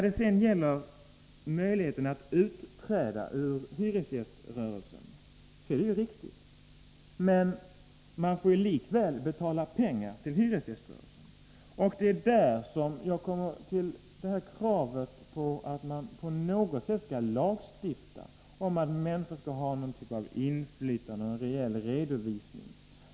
Det är riktig att man kan utträda ur hyresgäströrelsen. Men man får likväl betala pengar till hyresgäströrelsen. Det är därför jag framfört krav om att man på något sätt skall lagstifta om att människor skall ha någon typ av inflytande och en rejäl redovisning.